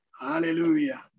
Hallelujah